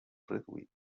reduït